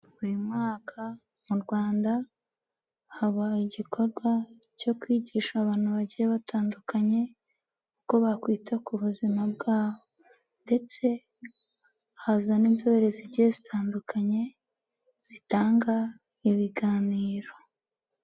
Buri mwaka mu Rwanda haba igikorwa cyo kwigisha abantu bagiye batandukanye uko bakwita ku buzima bwabo ndetse haza n'inzobere zigiye zitandukanye zitanga ibiganiro.